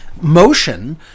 motion